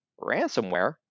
ransomware